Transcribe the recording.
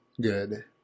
good